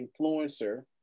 influencer